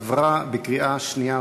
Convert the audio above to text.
נתקבל.